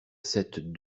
sept